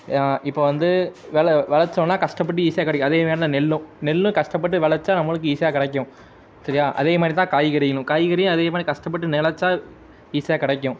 இப்போ வந்து விள விளச்சோன்னா கஷ்டப்பட்டு ஈஸியாக கிடைக்கும் அதேமாரி தான் நெல்லும் நெல்லும் கஷ்டப்பட்டு விளச்சா நம்மளுக்கு ஈஸியாக கிடைக்கும் சரியாக அதே மாதிரி தான் காய்கறிகளும் காய்கறியும் அதே மாதிரி கஷ்டப்பட்டு விளச்சா ஈஸியாக கிடைக்கும்